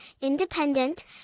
independent